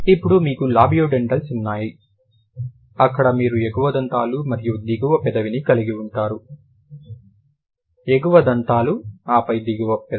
ఇప్పుడు మీకు లాబియోడెంటల్స్ ఉన్నాయి అక్కడ మీరు ఎగువ దంతాలు మరియు దిగువ పెదవిని కలిగి ఉంటారు ఎగువ దంతాలు ఆపై దిగువ పెదవి